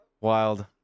Wild